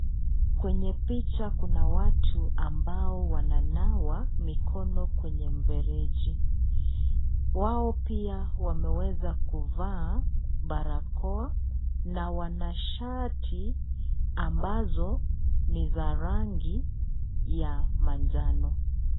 Kwenye picha kuna watu ambao wananawa mikono kwenye mfereji. Wao pia wameweza kubwa barakoa na wanashati ambazo ni za rangi ya manjano.